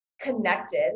connected